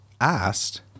asked